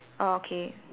orh okay